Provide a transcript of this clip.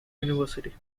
university